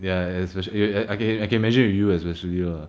ya ya especially eh I I can imagine with you especially lah